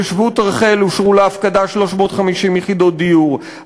בשבות-רחל אושרו להפקדה 350 יחידות דיור,